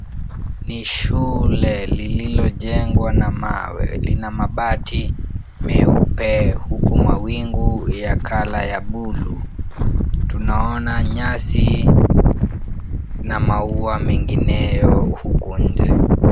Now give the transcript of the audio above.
Ni shule lililojengwa na mawe. Lina mabati meupe huku mawingu ya color ya buluu. Tunaona nyasi na maua mengineyo huku nje.